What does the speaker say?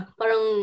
parang